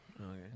Okay